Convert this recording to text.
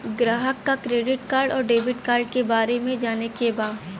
ग्राहक के credit card और डेविड कार्ड के बारे में जाने के बा?